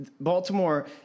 Baltimore